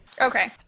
Okay